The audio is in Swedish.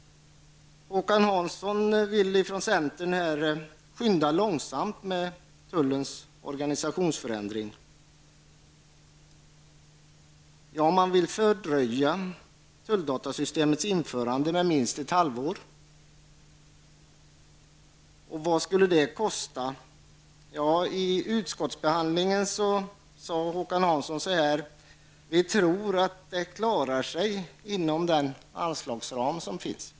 Håkan Hansson från centern vill skynda långsamt med tullens organisationsförändring, vilket skulle fördröja tulldatasystemets införande med minst ett halvår. Vad skulle det kosta? I utskottsbehandlingen sade Håkan Hansson att man tror att det skall klara sig inom den anslagsram som finns.